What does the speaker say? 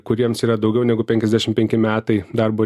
kuriems yra daugiau negu penkiasdešim penki metai darbo